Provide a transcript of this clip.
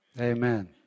Amen